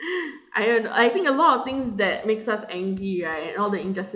I don't I think a lot of things that makes us angry right and all the injustice